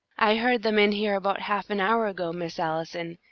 i heard them in here about half an hour ago, miss allison,